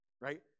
right